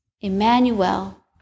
Emmanuel